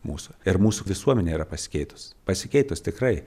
mūsų ir mūsų visuomenė yra pasikeitus pasikeitus tikrai